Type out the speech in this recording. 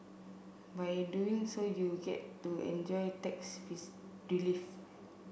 by doing so you get to enjoy tax relief